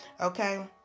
okay